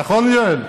נכון, יואל?